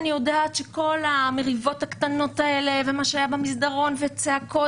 אני יודעת שכל המריבות הקטנות האלה ומה שהיה במסדרון וצעקות,